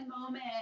moment